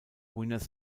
winners